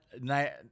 night